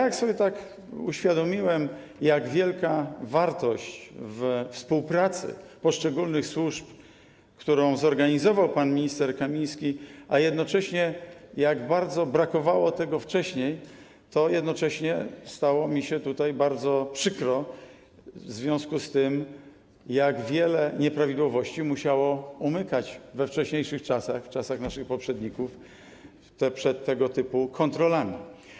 Kiedy sobie uświadomiłem, jak wielka tkwi wartość we współpracy poszczególnych służb, którą zorganizował pan minister Kamiński, a jednocześnie jak bardzo brakowało tego wcześniej, to jednocześnie stało mi się bardzo przykro w związku z myślą o tym, jak wiele nieprawidłowości musiało umykać we wcześniejszych czasach, w czasach naszych poprzedników, przed tego typu kontrolami.